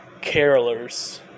carolers